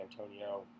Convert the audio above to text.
Antonio